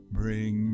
bring